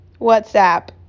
WhatsApp